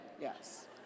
yes